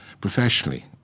professionally